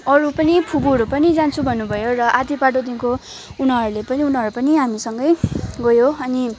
अरू पनि फुपूहरू पनि जान्छु भन्नुभयो र आधा बाटोदेखिको उनीहरूले पनि उनीहरू पनि हामीसँगै गयो अनि